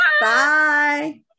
Bye